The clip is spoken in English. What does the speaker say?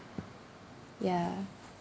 ya